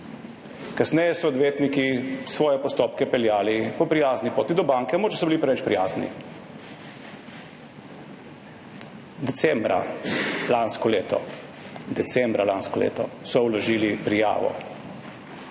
Kasneje so odvetniki svoje postopke do banke peljali po prijazni poti, mogoče so bili preveč prijazni. Decembra lansko leto so vložili prijavo